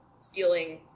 stealing